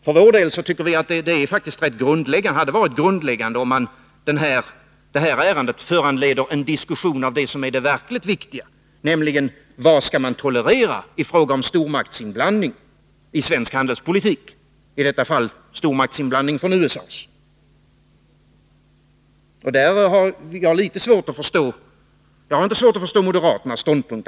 För vår del tycker vi att det hade varit av grundläggande betydelse om det här ärendet föranlett en diskussion om det verkligt viktiga: Vad skall man tolerera i fråga om stormaktsinblandning i svensk handelspolitik? I detta fall rörde det sig om stormaktsinblandning från USA:s sida. Jag har inte svårt att förstå moderaternas ståndpunkt.